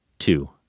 Two